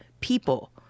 people